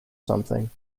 something